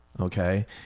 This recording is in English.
Okay